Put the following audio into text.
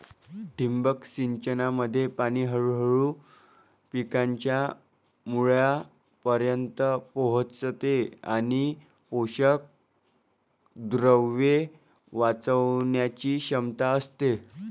ठिबक सिंचनामध्ये पाणी हळूहळू पिकांच्या मुळांपर्यंत पोहोचते आणि पोषकद्रव्ये वाचवण्याची क्षमता असते